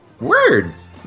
words